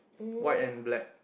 white and black